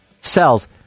cells